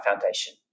Foundation